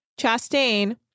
Chastain